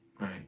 right